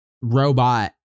robot